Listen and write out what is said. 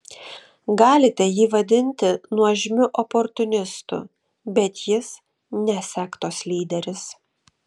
galite jį vadinti nuožmiu oportunistu bet jis ne sektos lyderis